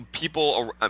people